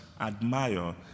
admire